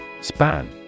Span